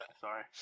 sorry